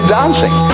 dancing